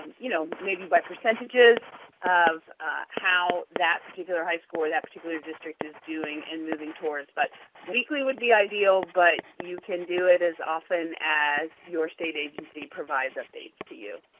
um you know maybe by percentages of how that particular high school or that particular district is doing and moving towards that. but weekly would be ideal, but you can do it as often as your state agency provides updates to you.